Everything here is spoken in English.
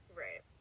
right